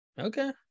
Okay